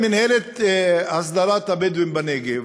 הרשות להסדרת התיישבות הבדואים בנגב,